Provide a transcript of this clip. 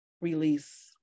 release